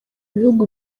ibihugu